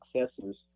successors